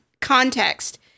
context